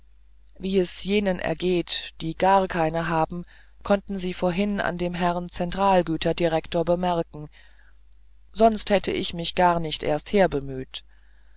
wie es jenen ergeht die gar keine haben konnten sie vorhin an dem herrn zentralgüterdirektor bemerken sonst hätte ich mich gar nicht erst